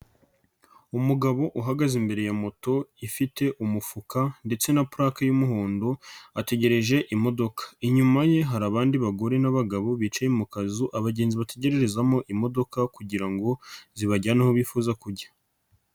Umugabo uhagaze imbere ya moto ifite umufuka ndetse na pulake y'umuhondo ategereje imodoka, inyuma ye hari abandi bagore n'abagabo bicaye mu kazu abagenzi bategererezamo imodoka kugira ngo zibajyane aho bifuza kujya.